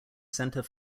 centre